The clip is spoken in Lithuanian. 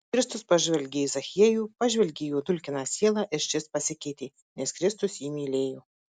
kristus pažvelgė į zachiejų pažvelgė į jo dulkiną sielą ir šis pasikeitė nes kristus jį mylėjo